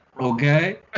Okay